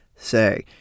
say